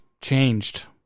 changed